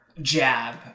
jab